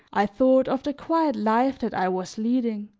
i thought of the quiet life that i was leading,